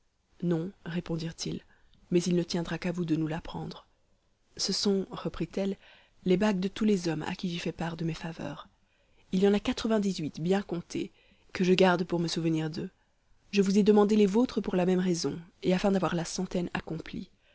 non répondirent-ils mais il ne tiendra qu'à vous de nous l'apprendre ce sont reprit-elle les bagues de tous les hommes à qui j'ai fait part de mes faveurs il y en a quatre-vingt-dix-huit bien comptées que je garde pour me souvenir d'eux je vous ai demandé les vôtres pour la même raison et afin d'avoir la centaine accomplie